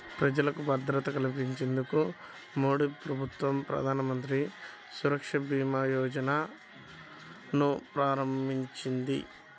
ప్రజలకు భద్రత కల్పించేందుకు మోదీప్రభుత్వం ప్రధానమంత్రి సురక్షభీమాయోజనను ప్రారంభించింది